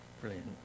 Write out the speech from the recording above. Brilliant